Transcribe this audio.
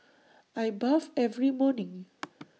I bathe every morning